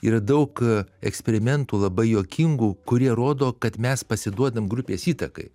yra daug eksperimentų labai juokingų kurie rodo kad mes pasiduodam grupės įtakai